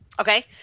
Okay